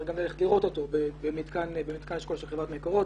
גם ללכת לראות אותו במתקן של חברת מקורות.